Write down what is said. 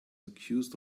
accused